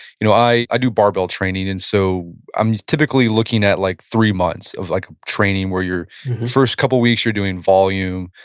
you know i i do barbell training, and so i'm typically looking at like three months of like training where your first couple weeks you're doing volume,